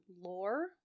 lore